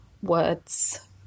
Words